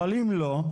אבל אם לא,